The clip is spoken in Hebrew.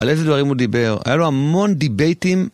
על איזה דברים הוא דיבר, היה לו המון דיבייטים.